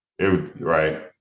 Right